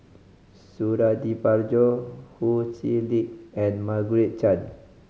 Suradi Parjo Ho Chee Lick and Margaret Chan